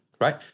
right